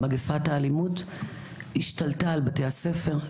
מגפת האלימות השתלטה על בתי-הספר,